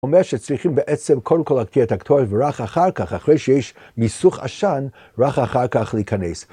אומר שצריכים בעצם קודם כל להקטיר את הקטורת ורק אחר כך, אחרי שיש מיסוך עשן, רק אחר כך להיכנס.